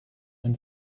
and